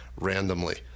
randomly